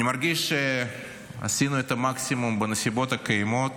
אני מרגיש שעשינו את המקסימום בנסיבות הקיימות.